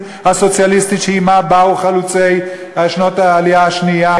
הסוציאליסטית שעמה באו חלוצי העלייה השנייה,